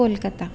Kolkata